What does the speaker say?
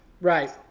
right